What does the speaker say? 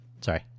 Sorry